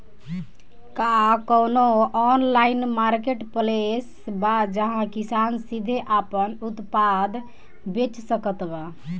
का कउनों online marketplace बा जहां किसान सीधे आपन उत्पाद बेच सकत बा?